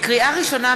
לקריאה ראשונה,